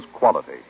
quality